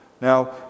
Now